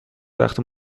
وقتی